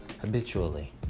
habitually